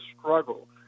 struggle